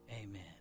Amen